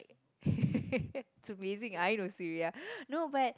it's amazing I know Suria no but